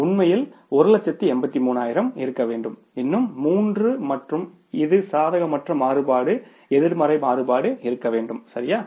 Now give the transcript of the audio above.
உண்மையில் 183000 ஆயிரம் இருக்க வேண்டும் இன்னும் மூன்று மற்றும் இது சாதகமற்ற மாறுபாடு எதிர்மறை மாறுபாடு இருக்க வேண்டும்சரியா